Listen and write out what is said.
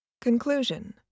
Conclusion